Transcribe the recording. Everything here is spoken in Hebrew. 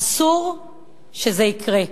אסור שזה יקרה.